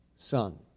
Son